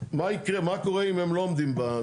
מה יקרה, מה קורה אם הם לא עומדים בזה?